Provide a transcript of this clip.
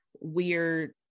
weird